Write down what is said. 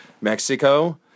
Mexico